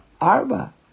Arba